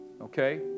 okay